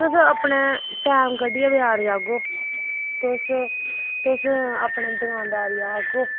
तुस अपने टैम कड्ढियै बजार जाह्गो तुस तुस अपने दकानदार गी आखगो